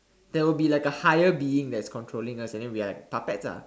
there will be like a higher being that is controlling us and then we are like puppets ah